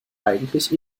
eigentlich